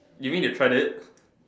you mean you tried it